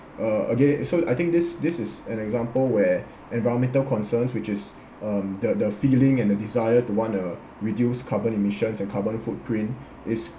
uh okay so I think this this is an example where environmental concerns which is um the the feeling and the desire to want to reduce carbon emissions and carbon footprint is